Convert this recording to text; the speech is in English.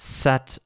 set